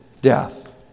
death